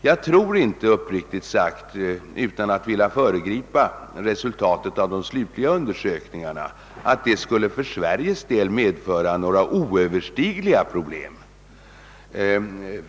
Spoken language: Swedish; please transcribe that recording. Jag tror uppriktigt sagt inte — utan att vilja föregripa resultaten av de pågående utredningarna — att det för Sveriges del skulle medföra några oöverstigliga problem.